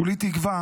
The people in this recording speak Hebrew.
כולי תקווה